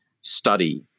study